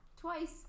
Twice